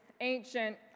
ancient